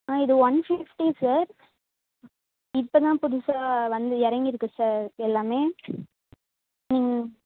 ஆ இது one fifty sir இப்போ தான் புதுசாக வந்து இறங்கி இருக்கு சார் எல்லாமே ம்